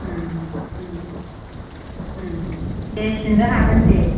दे सिननो होगोन दे